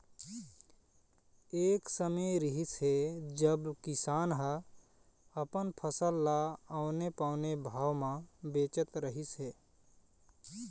एक समे रिहिस हे जब किसान ह अपन फसल ल औने पौने भाव म बेचत रहिस हे